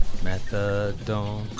methadone